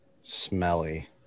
smelly